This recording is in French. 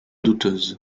douteuse